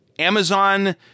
Amazon